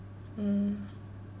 mm